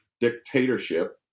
dictatorship